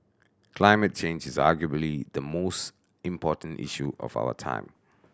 climate change is arguably the most important issue of our time